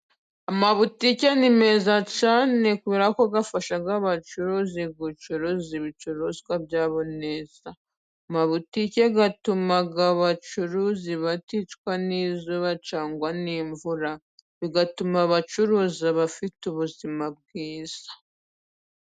Amabutike ni meza cyane. Kubera afasha abacuruzi gucuruza ibicuruzwa byabo neza. Amabutike atuma abacuruzi baticwa n'izuba cyangwa n'imvura ,bigatuma bacuruza bafite ubuzima bwiza.